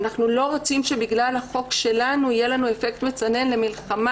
אנחנו לא רוצים שבגלל החוק שלנו יהיה לנו אפקט מצנן למלחמה